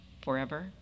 forever